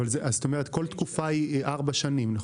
זאת אומרת שכל תקופה היא ארבע שנים?